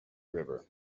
river